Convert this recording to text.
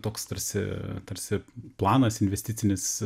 toks tarsi tarsi planas investicinis